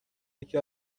یکی